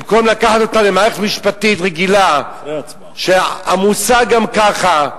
במקום לקחת אותם למערכת משפטית רגילה שעמוסה גם ככה,